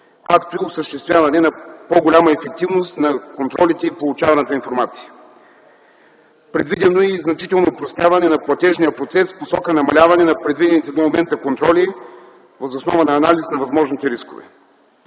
както и осъществяване на по-голяма ефективност на контролите и получаваната информация. Предвидено е и значително опростяване на платежния процес в посока на намаляване на предвидените до момента контроли въз основа на анализ на възможните рискове.